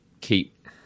keep